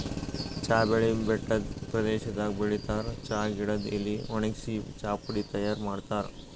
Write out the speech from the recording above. ಚಾ ಬೆಳಿ ಬೆಟ್ಟದ್ ಪ್ರದೇಶದಾಗ್ ಬೆಳಿತಾರ್ ಚಾ ಗಿಡದ್ ಎಲಿ ವಣಗ್ಸಿ ಚಾಪುಡಿ ತೈಯಾರ್ ಮಾಡ್ತಾರ್